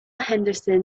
henderson